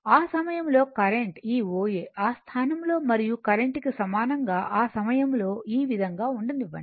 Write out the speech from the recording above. ఆ సమయంలో కరెంట్ ఈ OA ఆ స్థానం లో సమయంలో కరెంట్ కి సమానంగా ఆ సమయంలో ఈ విధంగా ఉండనివ్వండి